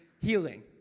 healing